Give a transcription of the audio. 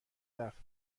رفت